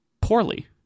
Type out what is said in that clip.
poorly